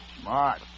Smart